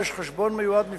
יש חשבון מיועד נפרד,